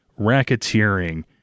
racketeering